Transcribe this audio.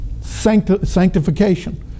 Sanctification